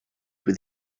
with